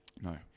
no